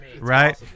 Right